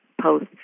post